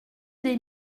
des